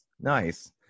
Nice